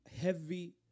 heavy